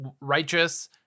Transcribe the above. righteous